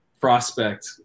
prospect